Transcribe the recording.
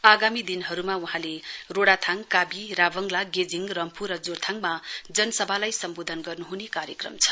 आगामी दिनहरूमा वहाँले रोडाथाङ कावी राभाङ्ला गेजिङ रम्फ् र जोरथाङमा जनसभालाई सम्बोधन गर्नु हुने कार्यक्रम छ